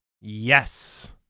Yes